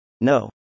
No